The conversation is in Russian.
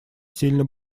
сильно